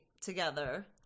together